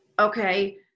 Okay